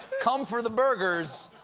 come for the burgers,